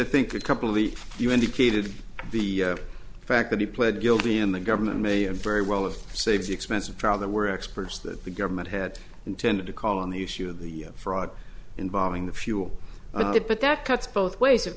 to think a couple of the you indicated the fact that he pled guilty in the government may very well it saves expensive trial there were experts that the government had intended to call on the issue of the fraud involving the fuel but that cuts both ways of